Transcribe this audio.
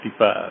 1965